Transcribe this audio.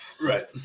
Right